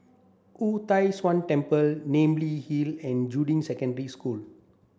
Wu Tai Shan Temple Namly Hill and Juying Secondary School